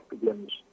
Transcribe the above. begins